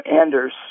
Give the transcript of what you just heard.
Anders